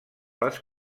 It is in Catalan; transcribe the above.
les